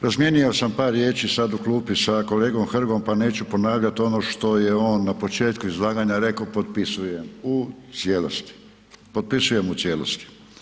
Razmijenio sam par riječ sad u klupi sa kolegom Hrgom pa neću ponavljati ono što je on na početku izlaganja rekao, potpisujem u cijelosti, potpisujem u cijelosti.